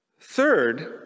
Third